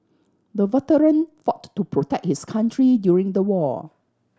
the veteran fought to protect his country during the war